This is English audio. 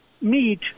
meet